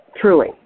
Truly